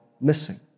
missing